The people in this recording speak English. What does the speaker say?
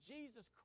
Jesus